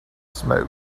smoke